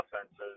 offenses